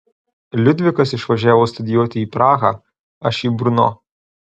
liudvikas išvažiavo studijuoti į prahą aš į brno